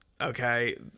Okay